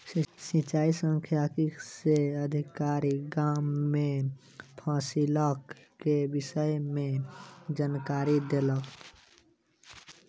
सिचाई सांख्यिकी से अधिकारी, गाम में फसिलक के विषय में जानकारी देलक